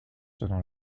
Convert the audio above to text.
selon